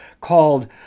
called